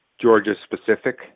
Georgia-specific